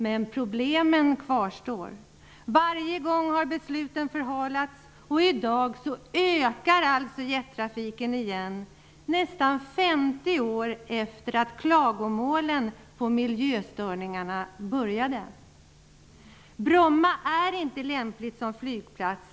Men problemen kvarstår. Varje gång har besluten förhalats. I dag ökar alltså jettrafiken igen, nästan 50 år efter det att klagomålen på miljöstörningar började. Bromma är inte lämplig som flygplats.